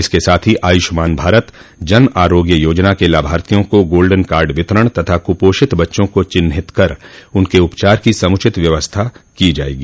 इसके साथ ही आयुष्मान भारत जन आरोग्य योजना के लाभार्थियों को गोल्डन कार्ड वितरण तथा कुपोषित बच्चों को चिन्हित कर उनके उपचार की समूचित व्यवस्था की जायेगी